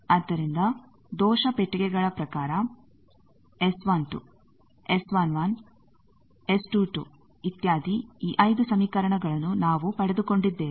ಆದ್ದರಿಂದ ದೋಷ ಪೆಟ್ಟಿಗೆಗಾ ಪ್ರಕಾರ ಇತ್ಯಾದಿ ಈ 5 ಸಮೀಕರಣಗಳನ್ನು ನಾವು ಪಡೆದುಕೊಂಡಿದ್ದೇವೆ